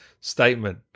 statement